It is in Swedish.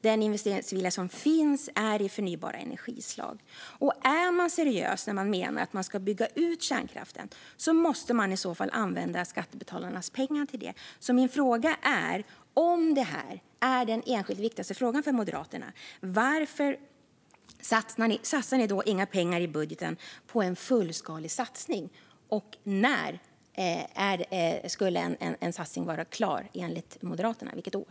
Den investeringsvilja som finns är i förnybara energislag. Är man seriös när man menar att man ska bygga ut kärnkraften måste man i så fall använda skattebetalarnas pengar till det, så min andra fråga är: Om det här är den enskilt viktigaste frågan för Moderaterna, varför lägger ni då inga pengar i budgeten på en fullskalig satsning? Och när skulle en satsning vara klar, enligt Moderaterna? Vilket år?